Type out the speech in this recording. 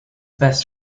best